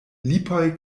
lipoj